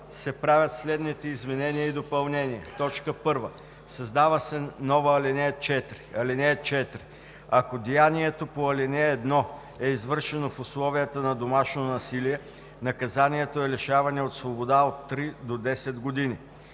се правят следните изменения и допълнения: 1. Създава се нова ал. 4: „(4) Ако деянието по ал. 1 е извършено в условията на домашно насилие, наказанието е лишаване от свобода от три до десет години.“